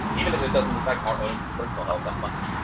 even if it doesn't affect our own personal health that much?